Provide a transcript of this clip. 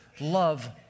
love